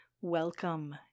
Welcome